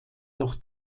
doch